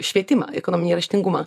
švietimą ekonominį raštingumą